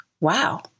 wow